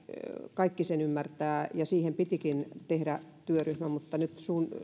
kaikki sen ymmärtävät ja siihen pitikin tehdä työryhmä mutta